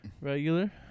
regular